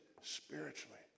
spiritually